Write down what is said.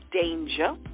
danger